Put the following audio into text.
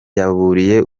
yaburiye